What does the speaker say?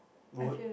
what